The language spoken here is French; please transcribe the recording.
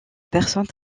personnes